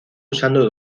usando